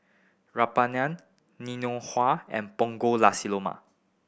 rempeyek Ngoh Hiang and Punggol Nasi Lemak